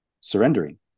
surrendering